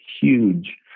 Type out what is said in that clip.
huge